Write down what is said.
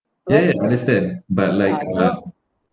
ya understand but like uh